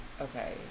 okay